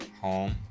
home